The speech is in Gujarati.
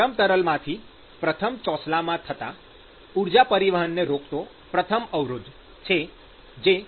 ગરમ તરલમાંથી પ્રથમ ચોસલામાં થતાં ઊર્જા પરિવહનને રોકતો પ્રથમ અવરોધ છે જે 1h1A છે